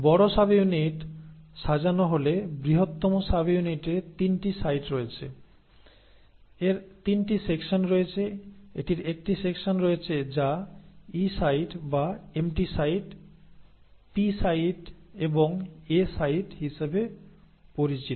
বড় সাবইউনিট সাজান হলে বৃহত্তম সাবইউনিটের 3 টি সাইট রয়েছে এর 3 টি সেকশন রয়েছে এটির একটি সেকশন রয়েছে যা ই সাইট বা এমটি সাইট "" পি সাইট এবং এ সাইট হিসাবে পরিচিত